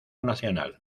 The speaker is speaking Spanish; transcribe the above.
nacional